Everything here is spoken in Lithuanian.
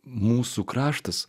mūsų kraštas